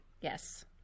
Yes